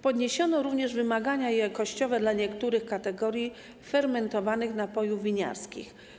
Podniesiono również wymagania jakościowe dla niektórych kategorii fermentowanych napojów winiarskich.